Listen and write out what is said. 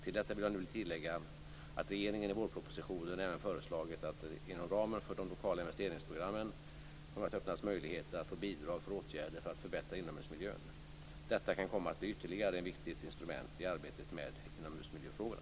Till detta vill jag nu tillägga att regeringen i vårpropositionen även föreslagit att det inom ramen för de lokala investeringsprogrammen kommer att öppnas möjligheter att få bidrag för åtgärder för att förbättra inomhusmiljön. Detta kan komma att bli ytterligare ett viktigt instrument i arbetet med inomhusmiljöfrågorna.